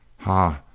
ha,